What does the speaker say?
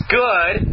good